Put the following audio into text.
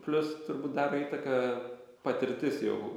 plius turbūt daro įtaką patirtis jau